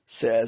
says